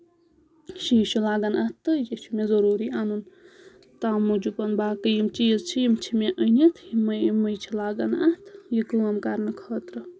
سُہ چھُ لاگَان اَتھ تہٕ یہِ چھُ مےٚ ضروٗری اَنُن تام موٗجوٗبَن باقٕے یِم چیٖز چھِ یِم چھِ مےٚ أنِتھ یِمے یِمٕے چھِ لاگَان اَتھ یہِ کٲم کَرنہٕ خٲطرٕ